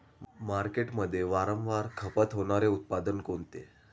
मार्केटमध्ये वारंवार खपत होणारे उत्पादन कोणते?